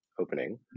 opening